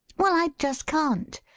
well, i just can't.